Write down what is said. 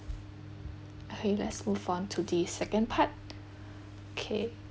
okay let's move on to the second part okay